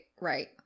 right